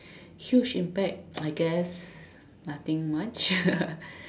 huge impact I guess nothing much